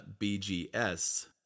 BGS